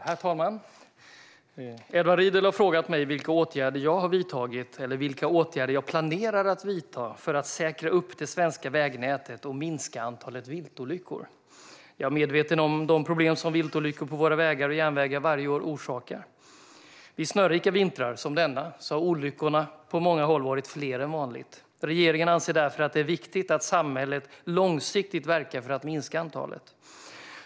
Herr talman! Edward Riedl har frågat mig vilka åtgärder jag har vidtagit eller vilka åtgärder jag planerar att vidta för att säkra upp det svenska vägnätet och minska antalet viltolyckor. Jag är medveten om de problem som viltolyckor på våra vägar och järnvägar varje år orsakar. Vid snörika vintrar, som denna, har olyckorna på många håll varit fler än vanligt. Regeringen anser därför att det är viktigt att samhället långsiktigt verkar för att minska antalet.